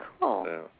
Cool